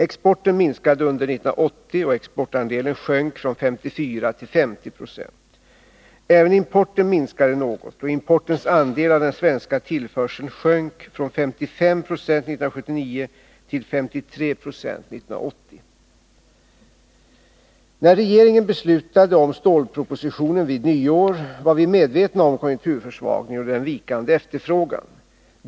Exporten minskade under 1980, och exportandelen sjönk från 54 till 50 96. Även importen minskade något, och importens andel av den svenska tillförseln sjönk från 55 90 år 1979 till 53 96 1980. När regeringen beslutade om stålpropositionen vid nyår var vi medvetna om konjunkturförsvagningen och den vikande efterfrågan.